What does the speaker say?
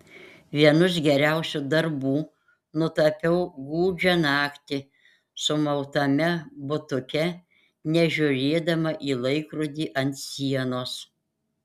vienus geriausių darbų nutapiau gūdžią naktį sumautame butuke nežiūrėdama į laikrodį ant sienos